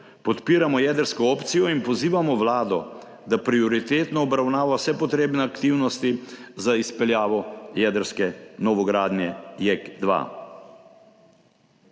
podpiramo jedrsko opcijo in pozivamo vlado, da prioritetno obravnava vse potrebne aktivnosti za izpeljavo jedrske novogradnje JEK2.